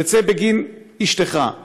תצא בגין אשתך,